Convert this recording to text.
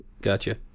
Gotcha